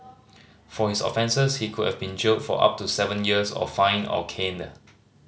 for his offences he could have been jailed for up to seven years or fined or caned